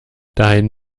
dein